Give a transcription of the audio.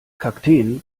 kakteen